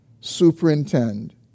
superintend